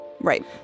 Right